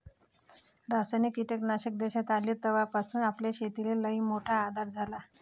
रासायनिक कीटकनाशक देशात आले तवापासून आपल्या शेतीले लईमोठा आधार झाला